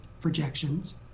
projections